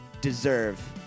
deserve